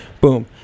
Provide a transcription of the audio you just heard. boom